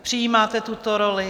Přijímáte tuto roli?